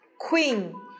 queen